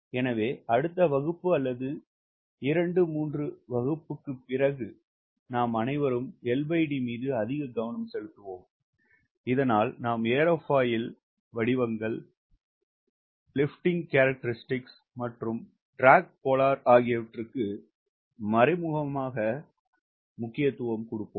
எனவே அடுத்த வகுப்பு அல்லது இரண்டு மூன்று வகுப்பாக இருக்கலாம் நாம் அனைவரும் LD மீது கவனம் செலுத்துவோம் இதனால் நாம் ஏரோஃபாயில் அதன் வடிவங்கள் அதன் லிபிட்டிங் கேரக்டர் ட்ராக் போலார் ஆகியவற்றுக்கு மறைமுகமாக பார்த்து உள்ளளோம்